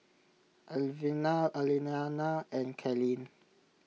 Alvina Aliana and Kalyn